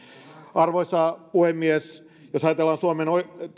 arvoisa puhemies jos ajatellaan suomen